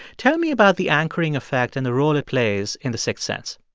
tell me about the anchoring effect and the role it plays in the sixth sense.